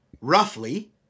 roughly